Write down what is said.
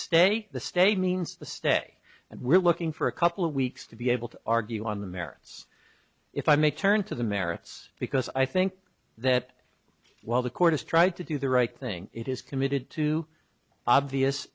the state means the stay and we're looking for a couple of weeks to be able to argue on the merits if i may turn to the merits because i think that while the court has tried to do the right thing it is committed to obvious